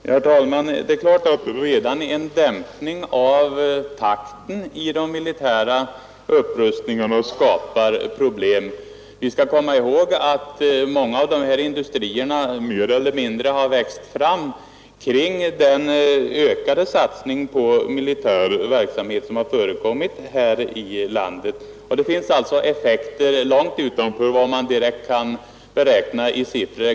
Nr 92 Herr talman! Det är klart att redan en dämpning av takten i de Måndagen den militära rustningarna skapar problem. Vi skall komma ihåg att många av 29 maj 1972 dessa industrier mer eller mindre växt fram kring den ökade satsningen på — ii —— militär verksamhet här i landet. Det blir alltså effekter exempelvis av Överlastavgift, m.m. dagens beslut långt utöver vad man direkt kan beräkna i siffror.